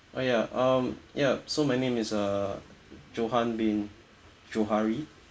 uh ya um ya so my name is uh johan bin johari